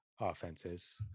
offenses